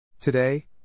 Today